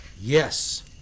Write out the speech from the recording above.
Yes